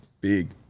Big